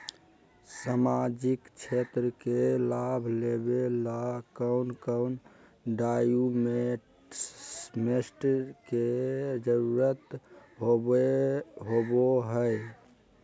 सामाजिक क्षेत्र के लाभ लेबे ला कौन कौन डाक्यूमेंट्स के जरुरत होबो होई?